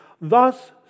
Thus